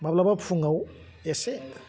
माब्लाबा फुङाव एसे